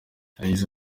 yagize